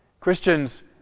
Christians